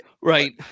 Right